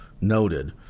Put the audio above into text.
noted